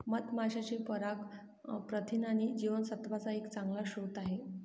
मधमाशांचे पराग प्रथिन आणि जीवनसत्त्वांचा एक चांगला स्रोत आहे